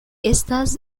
estas